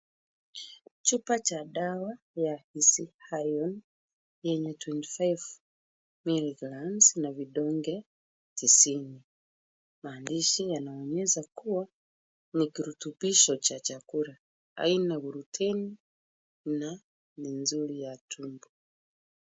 Chupa cha dawa cha Easy Iron yenye twenty five miligrams na vidonge tisini. Maandishi yanaonyesha kuwa ni kirutubisho cha chakula. Haina gluteni na ni nzuri ya tumbo.